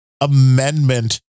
Amendment